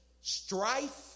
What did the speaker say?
strife